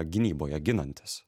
gynyboje ginantis